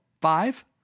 five